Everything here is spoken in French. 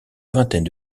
vingtaine